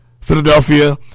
Philadelphia